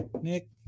Nick